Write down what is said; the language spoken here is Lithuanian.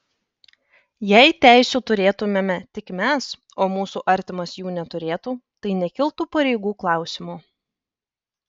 jei teisių turėtumėme tik mes o mūsų artimas jų neturėtų tai nekiltų pareigų klausimo